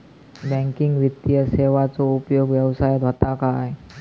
Banking वित्तीय सेवाचो उपयोग व्यवसायात होता काय?